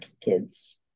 kids